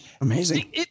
amazing